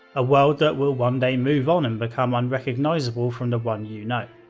a world that will one day move on and become unrecognizable from the one you know.